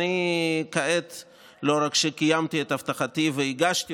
כעת לא רק שקיימתי את הבטחתי והגשתי